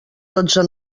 dotze